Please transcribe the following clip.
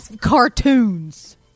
cartoons